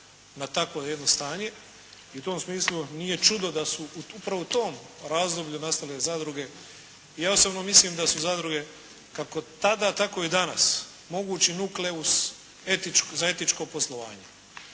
na takvo jedno stanje i u tom smislu nije čudo da su u upravo tom razdoblju nastale zadruge. Ja osobno mislim da su zadruge, kako tada, tako i danas mogućo nukleus za etičko poslovanje.